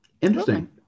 interesting